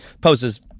poses